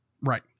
right